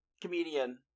Comedian